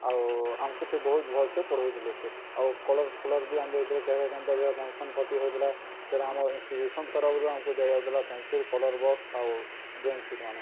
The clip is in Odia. ଆଉ ଆମକୁଠି ବହୁତ ଭଲସେ ପଢ଼ାଉଥିଲେ ସେ ଆଉ କଲର୍ ଫଲର୍ ବି ଆଣିଦଉଥିଲେ କେବେ କେନ୍ତା ଯେବେ ଫଙ୍କ୍ସନ୍ ପାତି ହଉଥିଲା ସେଟା ଆମର ଇଣ୍ଟିଚ୍ୟୁସନ୍ ତରଫରୁ ଆମକୁ ଦିଆଯାଉଥିଲା ପେନସିଲ୍ କଲର୍ ବକ୍ସ ଆଉ ଡ୍ରଇଂ ସିଟ୍ ମାନେ